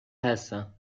هستم